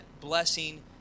blessing